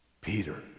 Peter